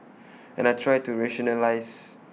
and I try to rationalise